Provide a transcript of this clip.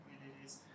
communities